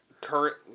current